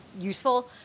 useful